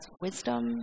wisdom